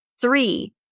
Three